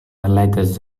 atletes